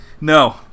No